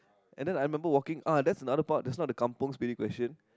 and then I remember walking that's another part just now that Kampung Spirit question